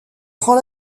prend